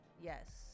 Yes